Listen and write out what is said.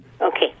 Okay